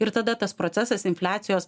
ir tada tas procesas infliacijos